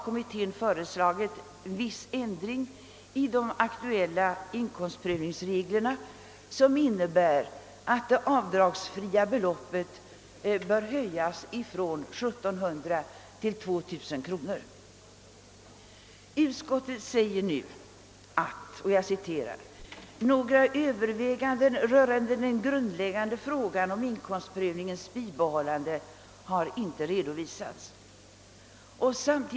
Kommittén föreslår viss ändring i de aktuella inkomstprövningsreglerna, innebärande att det avdragsfria beloppet höjs från 1700 till 2 000 kronor. Utskottet säger nu: »Några överväganden rörande den grundläggande frågan om inkomstprövningens bibehållande har inte redovisats.